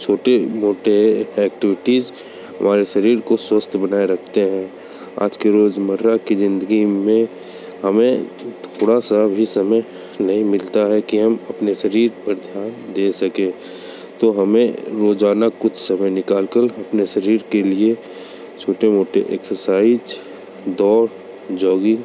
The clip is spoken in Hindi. छोटे मोटे एक्टिविटीज़ हमारे शरीर को स्वस्थ बनाए रखते हैं आज की रोज़मर्रा की ज़िंदगी में हमें थोड़ा सा भी समय नहीं मिलता है कि हम अपने शरीर पर ध्यान दे सकें तो हमें रोज़ाना कुछ समय निकाल कल अपने शरीर के लिए छोटे मोटे एक्सरसाइज दौड़ जॉगिंग